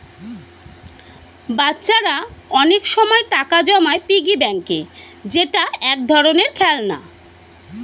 বাচ্চারা অনেক সময় টাকা জমায় পিগি ব্যাংকে যেটা এক ধরনের খেলনা